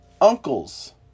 uncles